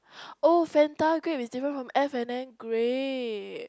oh fanta grape is different from F and N grape